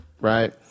right